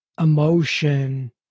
emotion